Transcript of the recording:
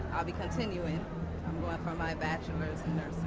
i'll be continuing, i'm going for my bachelor's in nursing.